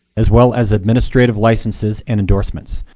as well as administrative licenses and endorsements.